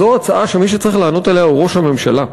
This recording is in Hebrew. זו הצעה שמי שצריך לענות עליה הוא ראש הממשלה.